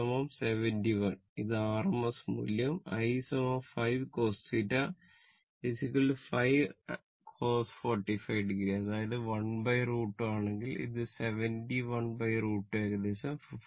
V 71 ഇത് rms മൂല്യം I 5 cos θ 5 cos 45 o അതായത് 1√ 2 ആണെങ്കിൽ ഇത് 71√ 2 ഏകദേശം 50